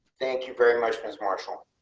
thank you very much. as marshall.